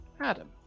Adam